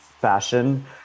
fashion